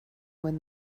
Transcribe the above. when